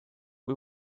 kui